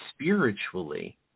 spiritually